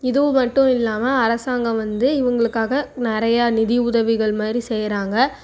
இதுவும் மட்டும் இல்லாம அரசாங்கம் வந்து இவங்களுக்காக நிறையா நிதி உதவிகள் மாதிரி செய்யறாங்க